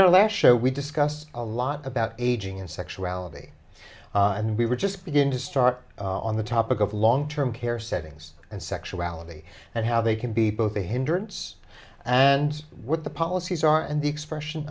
our last show we discussed a lot about aging and sexuality and we were just begin to start on the topic of long term care settings and sexuality and how they can be both a hindrance and what the policies are and the expression